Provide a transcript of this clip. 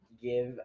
Give